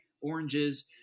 oranges